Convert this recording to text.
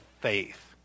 faith